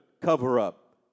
cover-up